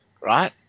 right